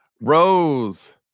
Rose